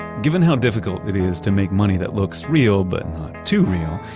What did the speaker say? given how difficult it is to make money that looks real but not too real,